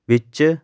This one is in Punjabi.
ਵਿੱਚ